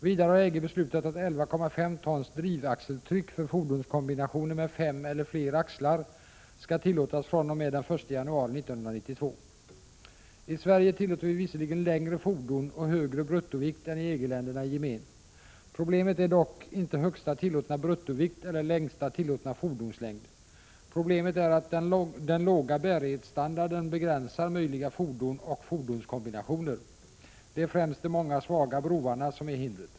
Vidare har EG beslutat att 11,5 tons drivaxelstryck för fordonskombinationer med fem eller fler axlar skall vara tillåtet fr.o.m. den 1 januari 1992. I Sverige tillåter vi visserligen längre fordon och högre bruttovikt än i EG-länderna i gemen. Problemet är dock inte högsta tillåtna bruttovikt eller längsta tillåtna fordonslängd. Problemet är att den låga bärighetsstandarden begränsar möjliga fordon och fordonskombinationer. Det är främst de många och svaga broarna som är hindret.